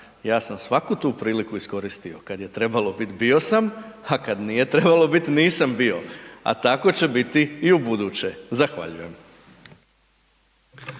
ja sam svaku tu priliku iskoristio, kada je trebalo biti bio sam a kada nije trebalo biti nisam bio a tako će biti i ubuduće. Zahvaljujem.